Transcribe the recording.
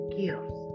gifts